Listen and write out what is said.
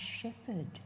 shepherd